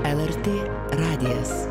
lrt radijas